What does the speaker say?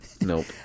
nope